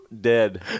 dead